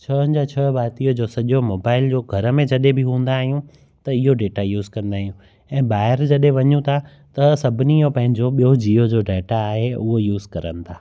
छहनि जा छह भातीअ जो सॼो मोबाइल जो घर में जॾहिं बि हूंदा आहियूं त इहो डेटा यूस कंदा आहियूं ऐं ॿाहिरि जॾहिं वञूं था त सभिनी जो पंहिंजो ॿियो जियो जो डेटा आहे उहो यूस करनि था